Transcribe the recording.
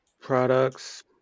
products